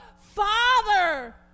father